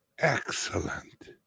Excellent